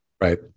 right